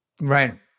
Right